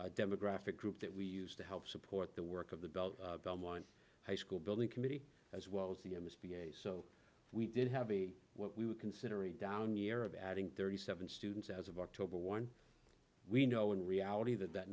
the demographic group that we use to help support the work of the belt on one high school building committee as well as the i miss being a so we did have a what we would consider a down year of adding thirty seven students as of october one we know in reality that that